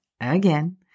again